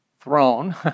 throne